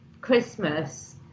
Christmas